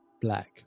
black